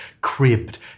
cribbed